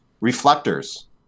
reflectors